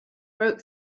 broke